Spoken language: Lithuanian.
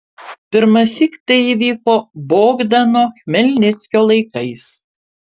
pirmąsyk tai įvyko bogdano chmelnickio laikais